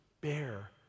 bear